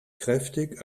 kräftig